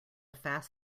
fast